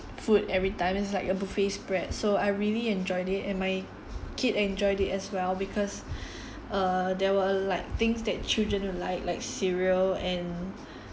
food every time it's like a buffet spread so I really enjoyed it and my kid enjoyed it as well because err there were like things that children like like cereal and